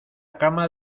cama